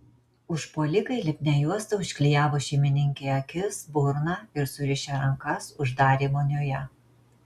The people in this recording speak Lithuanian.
užpuolikai lipnia juosta užklijavo šeimininkei akis burną ir surišę rankas uždarė vonioje